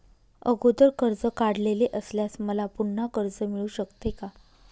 अगोदर कर्ज काढलेले असल्यास मला पुन्हा कर्ज मिळू शकते का?